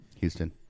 Houston